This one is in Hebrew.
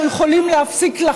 אנחנו יכולים להפסיק לחסוך,